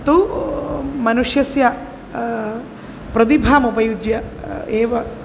तु मनुष्यस्य प्रदिभामुपयुज्य एव